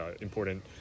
important